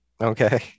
Okay